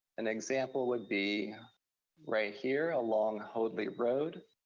an example would be right here, along hoadly road,